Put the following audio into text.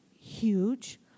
huge